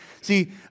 See